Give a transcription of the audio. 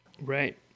Right